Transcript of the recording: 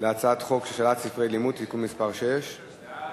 הצעת חוק השאלת ספרי לימוד (תיקון מס' 6). סעיף 1 נתקבל.